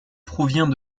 provient